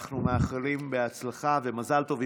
אנחנו מאחלים בהצלחה ומזל טוב.